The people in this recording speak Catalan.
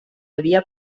havia